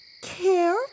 care